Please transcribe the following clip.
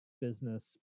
business